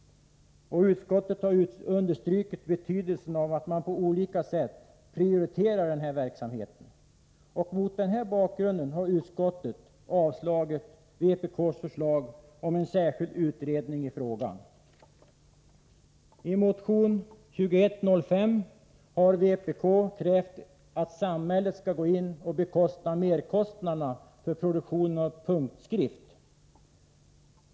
Utskottet har understrukit betydelsen av att man på olika sätt prioriterar denna verksamhet. Mot denna bakgrund har utskottet avstyrkt vpk:s förslag om en särskild utredning i frågan. I motion 2105 har vpk krävt att samhället skall stå för merkostnaderna vid framställning av punktskrift.